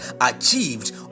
achieved